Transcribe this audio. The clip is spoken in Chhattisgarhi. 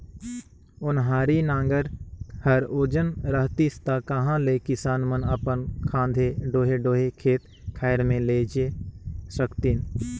ओन्हारी नांगर हर ओजन रहतिस ता कहा ले किसान मन अपन खांधे डोहे डोहे खेत खाएर मे लेइजे सकतिन